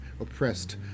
oppressed